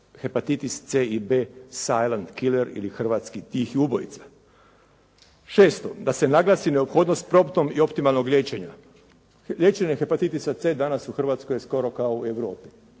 hepatitis c i b "silent killer" ili hrvatski, "tihi ubojica". Šesto, da se naglasi neophodnost promptnog i optimalnog liječenja. Liječenja hepatitisa c danas u Hrvatskoj je skoro kao u Europi.